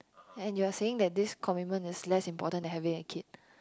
and you're saying that this commitment is less important than having a kid